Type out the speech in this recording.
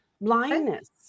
blindness